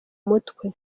mutwe